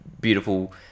beautiful